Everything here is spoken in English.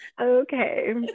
Okay